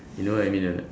you know that I mean or not